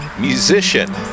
musician